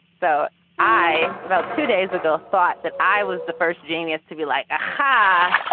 so i about two days ago thought that i was the first genius to be like ha,